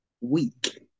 week